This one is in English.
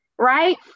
Right